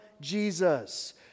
Jesus